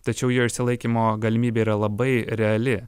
tačiau jo išsilaikymo galimybė yra labai reali